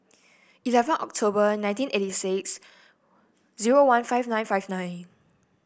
eleven October nineteen eighty six zero one five nine five nine